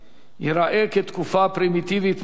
ייראה כתקופה פרימיטיבית-משהו,